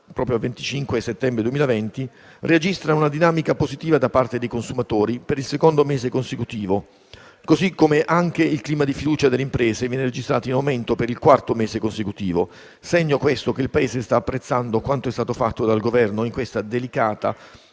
il Paese sta apprezzando quanto è stato fatto dal Governo in questa delicata